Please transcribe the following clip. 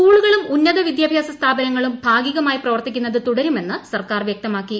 സ്കൂളുകളും ഉന്നത വിദ്യാഭ്യാസ സ്ഥാപനങ്ങളും ഭാഗികമായി പ്രവർത്തിക്കുന്നത് തുടരുമെന്ന് സർക്കാർ വൃക്തമാക്കി